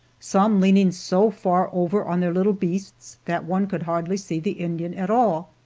some leaning so far over on their little beasts that one could hardly see the indian at all.